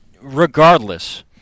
regardless –